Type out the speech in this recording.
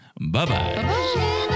Bye-bye